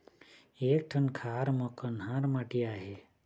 एक ठन खार म कन्हार माटी आहे?